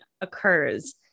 occurs